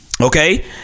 Okay